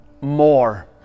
more